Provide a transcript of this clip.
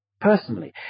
personally